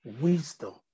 wisdom